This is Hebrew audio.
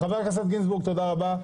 חבר הכנסת גינזבורג, תודה רבה.